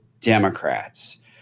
Democrats